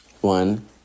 One